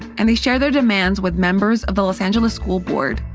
and they shared their demands with members of the los angeles school board,